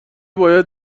باید